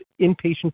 inpatient